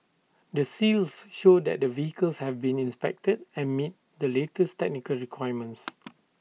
the seals show that the vehicles have been inspected and meet the latest technical requirements